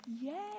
Yay